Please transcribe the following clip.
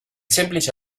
semplice